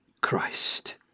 Christ